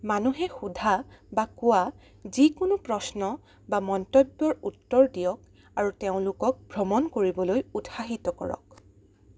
মানুহে সোধা বা কোৱা যিকোনো প্ৰশ্ন বা মন্তব্যৰ উত্তৰ দিয়ক আৰু তেওঁলোকক ভ্ৰমণ কৰিবলৈ উৎসাহিত কৰক